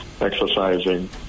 exercising